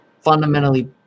fundamentally